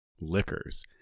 liquors